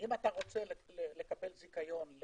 רוצה לקבל זיכיון,